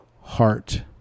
heart